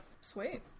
Sweet